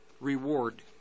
reward